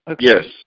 Yes